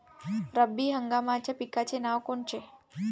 रब्बी हंगामाच्या पिकाचे नावं कोनचे?